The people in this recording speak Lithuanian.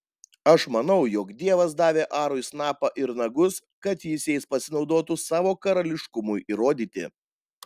aš manau jog dievas davė arui snapą ir nagus kad jis jais pasinaudotų savo karališkumui įrodyti